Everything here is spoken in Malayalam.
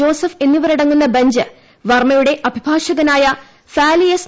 ജോസഫ് എന്നിവരടങ്ങുന്ന ബഞ്ച് വർമ്മയുടെ അഭിഭാഷകനായ ഫാലി എസ്